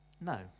No